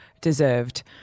deserved